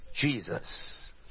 Jesus